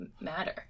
matter